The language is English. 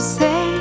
say